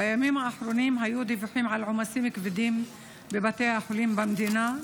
בימים האחרונים היו דיווחים על עומסים כבדים בבתי החולים במדינה,